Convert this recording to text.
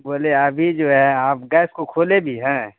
بولے ابھی جو ہے آپ گیس کو کھولے بھی ہیں